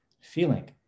feeling